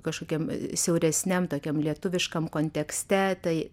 kažkokiam siauresniam tokiam lietuviškam kontekste tai